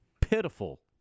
pitiful